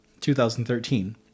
2013